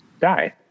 Die